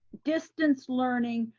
distance learning,